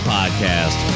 Podcast